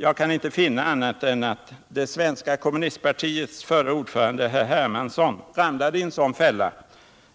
Jag kan inte finna annat än att det svenska kommunistpartiets förre ordförande herr Hermansson ramlade i en sådan fälla,